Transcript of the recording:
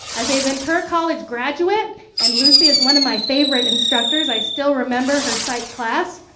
as a ventura college graduate and lucy is one of my favorite instructors, i still remember her psych class,